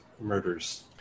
murders